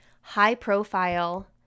high-profile